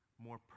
more